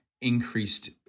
increased